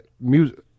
music